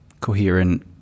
coherent